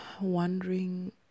wondering